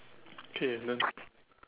K and then